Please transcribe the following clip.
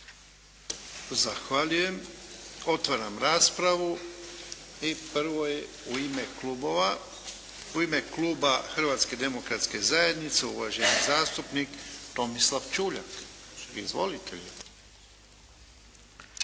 Zahvaljujem. Otvaram raspravu. I prvo, u ime klubova. U ime Kluba Hrvatske demokratske zajednice, uvaženi zastupnik Tomislav Čuljak. Izvolite.